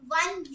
one